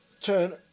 turn